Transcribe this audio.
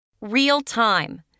Real-time